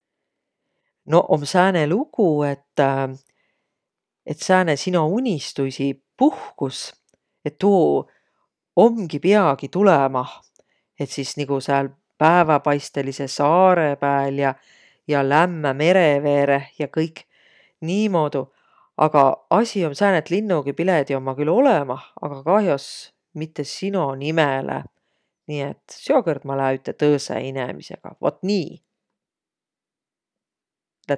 Noq om sääne lugu, et et sääne sino unistuisi puhkus, et tuu omgi pia tulõmah. Et sis nigu sääl pääväpaistõlidsõ saarõ pääl ja, ja lämmä mere veereh ja kõik. Niimuudu, aga asi om sääne, et linnugipilediq ommaq külh olõmah, aga kah'os mitte sino nimele. Nii et seokõrd ma lää üte tõõsõ inemisega. Vot nii!